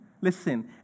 listen